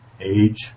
age